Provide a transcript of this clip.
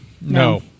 No